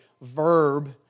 verb